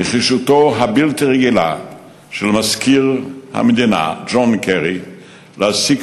נחישותו הבלתי-רגילה של מזכיר המדינה ג'ון קרי להשיג